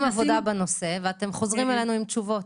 עבודה בנושא וחוזרים אלינו עם תשובות.